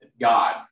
God